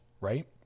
right